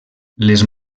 les